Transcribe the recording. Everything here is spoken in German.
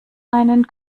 einen